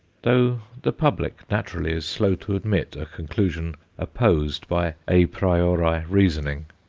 though the public, naturally, is slow to admit a conclusion opposed by a priori reasoning.